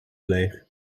leeg